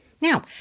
Now